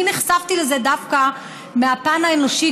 אני נחשפתי לזה דווקא מהפן האנושי,